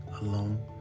alone